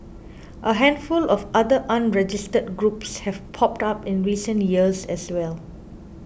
a handful of other unregistered groups have popped up in recent years as well